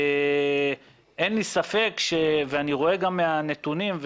אין לי ספק - ואני רואה גם מהנתונים,